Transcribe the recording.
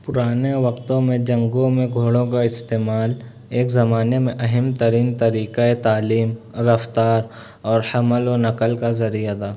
پرانے وقتوں میں جنگوں میں گھوڑوں کا استعمال ایک زمانے میں اہم ترین طریقہ تعلیم رفتار اور حمل و نقل کا ذریعہ تھا